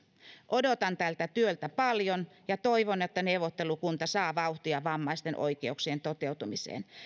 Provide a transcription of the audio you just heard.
odotan tältä työltä paljon ja toivon että neuvottelukunta saa vauhtia vammaisten oikeuksien toteutumiseen